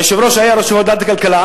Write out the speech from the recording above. היושב-ראש היה יושב-ראש ועדת הכלכלה,